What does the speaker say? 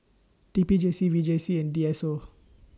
T P J C V J C and D S O